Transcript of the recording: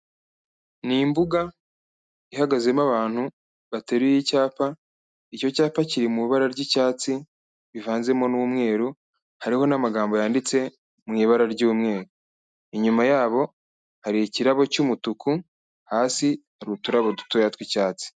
Ni imbuga ihagazemo abantu bateruye icyapa, icyo cyapa kiri mu ibara ry'icyatsi rivanzemo n'umweru, hariho n'amagambo yanditse mu ibara ry'umweru. Inyuma yabo, hari ikirabo cy'umutuku, hasi hari uturabo dutoya tw'icyatsi.